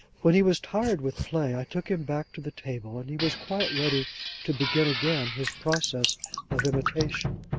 when he was tired with play i took him back to the table, and he was quite ready to begin again his process of imitation.